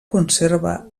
conserva